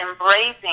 embracing